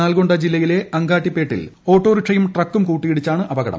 നൽഗൊണ്ട ജില്ലയിലെ അങ്കാടിപ്പേട്ടിൽ ഓട്ടോറിക്ഷയും ട്രക്കും കൂട്ടിയിടിച്ചാണ് അപകടം